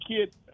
kid